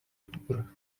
poor